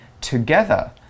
together